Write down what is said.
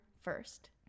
first